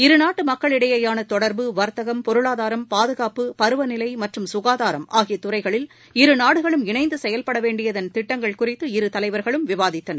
இருநாட்டு மக்களிடையேயான தொடர்பு வர்த்தகம் பொருளாதாரம் பாதுகாப்பு பருவநிலை மற்றும் சுகாதாரம் ஆகிய துறைகளில் இருநாடுகளும் இணைந்து செயல்பட வேண்டியதன் திட்டங்கள் குறித்து இருதலைவர்களும் விவாதித்தனர்